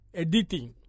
editing